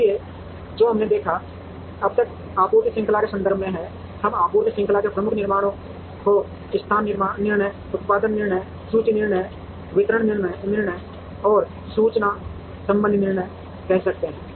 इसलिए जो हमने देखा है अब तक आपूर्ति श्रृंखला के संदर्भ से है हम आपूर्ति श्रृंखला में प्रमुख निर्णयों को स्थान निर्णय उत्पादन निर्णय सूची निर्णय वितरण निर्णय और सूचना संबंधी निर्णय कह सकते हैं